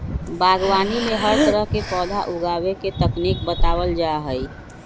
बागवानी में हर तरह के पौधा उगावे के तकनीक बतावल जा हई